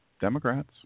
Democrats